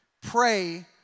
pray